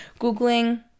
googling